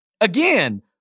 again